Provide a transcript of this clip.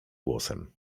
głosem